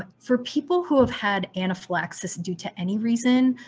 ah for people who have had anaphylaxis due to any recent,